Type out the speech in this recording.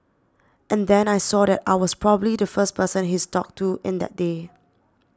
and then I saw that I was probably the first person he's talked to in that day